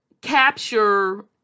capture